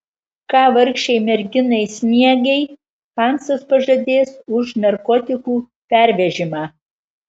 ką vargšei merginai sniegei hansas pažadės už narkotikų pervežimą